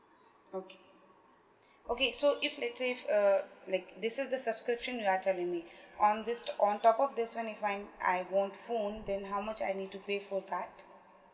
okay okay so if let's say uh like this is the subscription data limit on this on top of this what if I I want phone then how much I need to pay for that